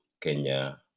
Kenya